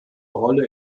rolle